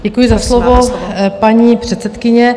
Děkuji za slovo, paní předsedkyně.